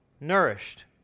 nourished